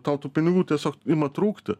tau tų pinigų tiesiog ima trūkti